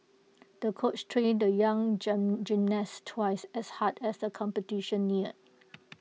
the coach trained the young gym gymnast twice as hard as the competition neared